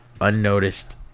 unnoticed